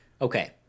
Okay